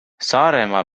saaremaa